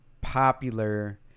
popular